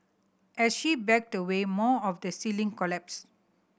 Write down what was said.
as she backed away more of the ceiling collapsed